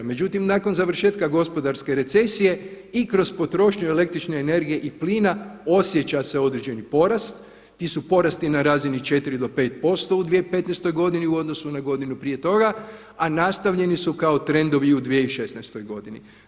Međutim nakon završetka gospodarske recesije i kroz potrošnju električne energije i plina osjeća se određeni porast, ti su porasti na razini 4 do 5% u 2015. godini u odnosu na godinu prije toga a nastavljeni su kao trendovi i u 2016. godini.